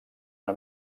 una